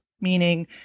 meaning